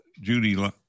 judy